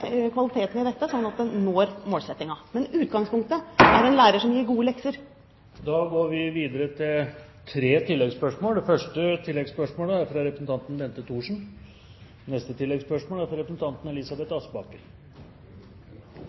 kvaliteten i dette, slik at en når målsettingen. Men utgangspunktet er en lærer som gir gode lekser. Det blir tre oppfølgingsspørsmål – først Bente Thorsen. Neste oppfølgingsspørsmål er fra Elisabeth Aspaker. Neste tilleggsspørsmål er fra Elisabeth